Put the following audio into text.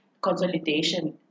consolidation